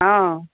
অঁ